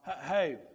Hey